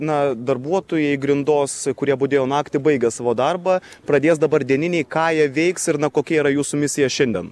na darbuotojai grindos kurie budėjo naktį baigė savo darbą pradės dabar dieniniai ką jie veiks ir na kokia yra jūsų misija šiandien